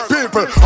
People